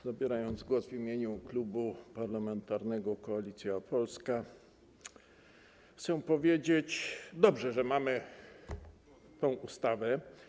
Zabierając głos w imieniu Klubu Parlamentarnego Koalicja Polska, chcę powiedzieć, iż to dobrze, że mamy tę ustawę.